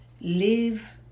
Live